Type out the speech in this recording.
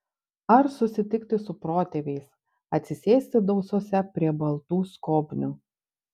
ar susitikti su protėviais atsisėsti dausose prie baltų skobnių